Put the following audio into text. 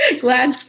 Glad